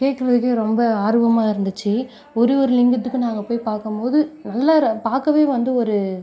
கேட்குறதுக்கே ரொம்ப ஆர்வமாக இருந்துச்சு ஒரு ஒரு லிங்கத்துக்கும் நாங்கள் போய் பார்க்கும்போது நல்லா பார்க்கவே வந்து ஒரு